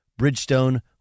Bridgestone